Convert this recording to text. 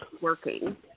working –